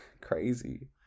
crazy